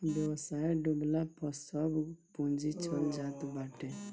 व्यवसाय डूबला पअ सब पूंजी चल जात बाटे